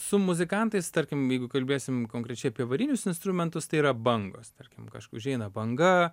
su muzikantais tarkim jeigu kalbėsim konkrečiai apie varinius instrumentus tai yra bangos tarkim kaž užeina banga